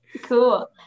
Cool